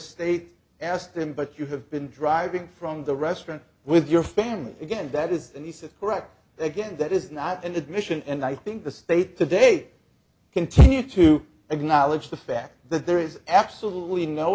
state asked him but you have been driving from the restaurant with your family again that is and he said correct again that is not an admission and i think the state today continue to acknowledge the fact that there is absolutely no